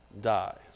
die